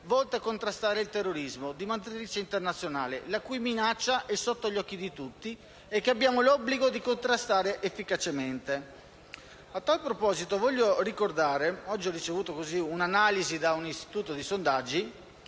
volte a contrastare il terrorismo di matrice internazionale, la cui minaccia è sotto gli occhi di tutti e che abbiamo l'obbligo di contrastare efficacemente. A tal proposito voglio ricordare un'analisi che ho ricevuto oggi da un istituto di sondaggi.